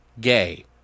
gay